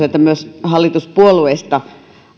että myös hallituspuolueista